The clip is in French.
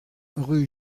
rue